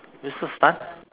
Missus Tan